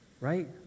Right